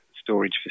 storage